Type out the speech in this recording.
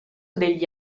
degli